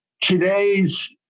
today's